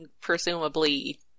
presumably